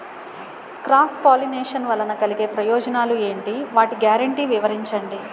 Cross pollination వలన కలిగే ప్రయోజనాలు ఎంటి? వాటి గ్యారంటీ వివరించండి?